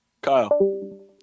Kyle